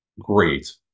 great